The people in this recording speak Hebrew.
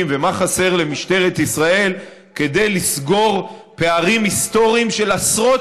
ומה חסר למשטרת ישראל כדי לסגור פערים היסטוריים של עשרות